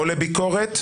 לביקורת,